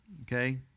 Okay